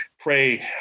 pray